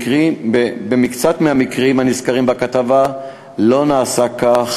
במקצת מהמקרים הנזכרים בכתבה לא נעשה כך,